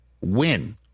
Win